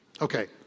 Okay